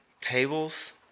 Tables